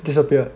disappeared